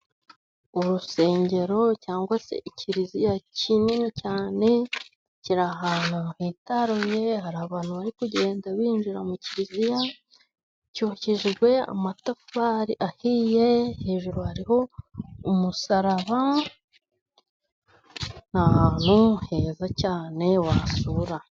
Urusengero cyangwa se Ikiriziya kinini cyane kiri ahantu hitaruruye, hari abantu bari kugenda binjira mu kiriziya cyubakishijwe amatafari ahiye, hejuru hariho umusaraba ni ahantu heza cyane wasura.